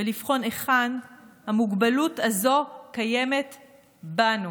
ולבחון היכן המוגבלות הזו קיימת בנו: